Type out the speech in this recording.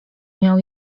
miał